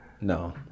No